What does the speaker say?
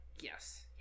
yes